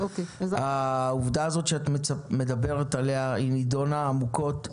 העובדה הזאת שאת מדברת עליה נידונה עמוקות,